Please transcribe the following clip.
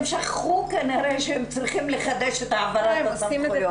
הם שכחו כנראה שהם צריכים לחדש את העברת הסמכויות.